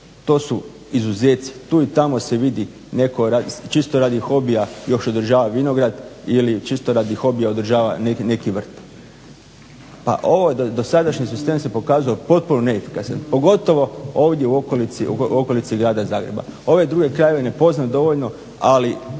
to su izuzeci. Tu i tamo se vidi neko čisto radi hobija još održava vinograd ili čisto radi hobija održava neki vrt. Pa ovaj dosadašnji sistem se pokazao potpuno neefikasan, pogotovo ovdje u okolici grada Zagreba, ove druge krajeve ne poznam dovoljno. Ali